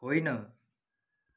होइन